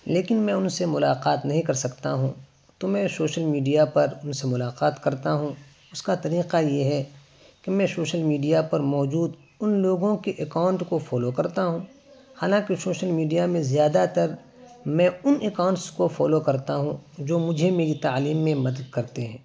لیکن میں ان سے ملاقات نہیں کر سکتا ہوں تو میں شوشل میڈیا پر ان سے ملاقات کرتا ہوں اس کا طریقہ یہ ہے کہ میں شوشل میڈیا پر موجود ان لوگوں کے اکاؤنٹ کو فالو کرتا ہوں حالانکہ شوشل میڈیا میں زیادہ تر میں ان اکاؤنٹس کو فالو کرتا ہوں جو مجھے میری تعلیم میں مدد کرتے ہیں